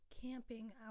camping